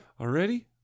Already